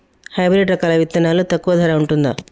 Hybrid రకాల విత్తనాలు తక్కువ ధర ఉంటుందా?